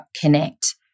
Connect